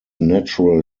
natural